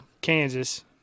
Kansas